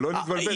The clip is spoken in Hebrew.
שלא תתבלבלו.